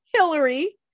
Hillary